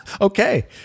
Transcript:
Okay